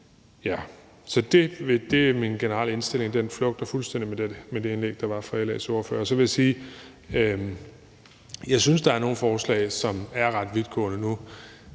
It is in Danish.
Så det er min generelle indstilling. Den flugter fuldstændig med det indlæg, der var fra LA's ordfører. Så vil jeg sige: Jeg synes, der er nogle forslag, som er ret vidtgående.